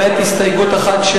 למעט הסתייגות אחת,